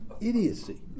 Idiocy